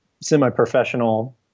semi-professional